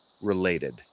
related